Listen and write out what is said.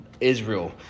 Israel